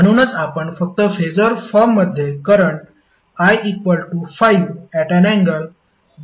म्हणूनच आपण फक्त फेसर फॉर्ममध्ये करंट I 5∠126